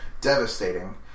devastating